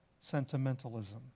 sentimentalism